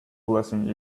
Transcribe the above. blessing